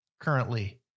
currently